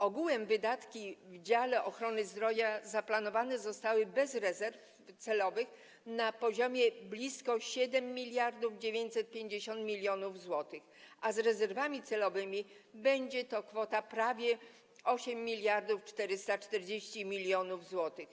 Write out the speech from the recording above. Ogółem wydatki w dziale ochrony zdrowia zaplanowane zostały bez rezerw celowych na poziomie blisko 7950 mln zł, a z rezerwami celowymi będzie to kwota prawie 8440 mln zł.